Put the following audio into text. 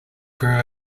grew